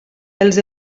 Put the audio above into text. els